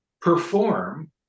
perform